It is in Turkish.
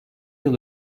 yıl